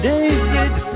David